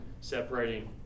Separating